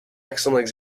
excellent